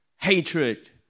hatred